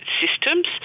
systems